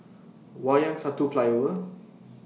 Wayang Satu Flyover